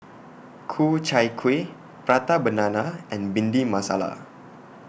Ku Chai Kueh Prata Banana and Bhindi Masala